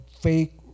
fake